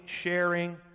sharing